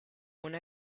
una